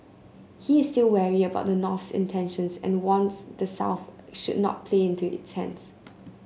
he is still wary about the North's intentions and warns the South should not play into its hands